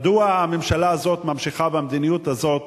מדוע הממשלה הזאת ממשיכה במדיניות הזאת,